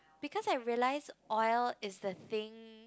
because I realise oil is the thing